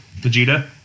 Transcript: Vegeta